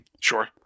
Sure